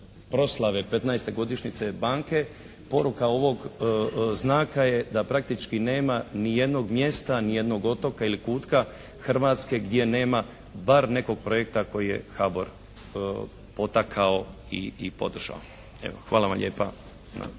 15. godišnjice banke. Poruka ovog znaka je da praktički nema ni jednog mjesta, ni jednog otoka ili kutka Hrvatske gdje nema bar nekog projekta koji je HBOR potakao i podržao. Evo, hvala vam lijepa